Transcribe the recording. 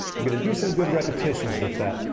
i'm gonna do some good repetitions with that.